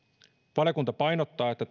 valiokunta painottaa että